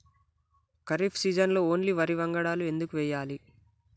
ఖరీఫ్ సీజన్లో ఓన్లీ వరి వంగడాలు ఎందుకు వేయాలి?